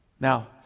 Now